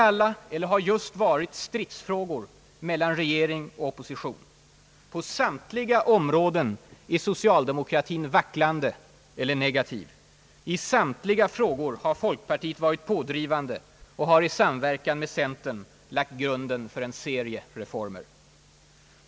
Alla är eller har just varit stridsfrågor mellan regering och opposition. På samtliga områden är socialdemokratin vacklande eller negativ. I samtliga frågor har folkpartiet varit pådrivare och har i samverkan med centern lagt grunden för en serie reformer.